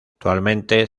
actualmente